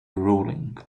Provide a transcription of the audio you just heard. ruling